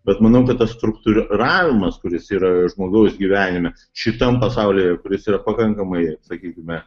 bet manau kad tas struktūravimas kuris yra žmogaus gyvenime šitam pasaulyje kuris yra pakankamai sakykime